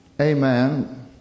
amen